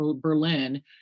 Berlin